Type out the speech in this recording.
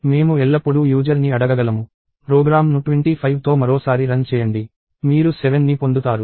మేము ఎల్లప్పుడూ యూజర్ ని అడగగలము ప్రోగ్రామ్ను 25తో మరోసారి రన్ చేయండి మీరు 7 ని పొందుతారు